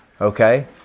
okay